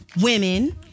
Women